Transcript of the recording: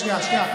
שנייה.